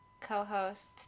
co-host